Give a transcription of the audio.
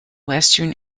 western